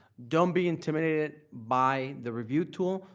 don't be intimidated by the review tool,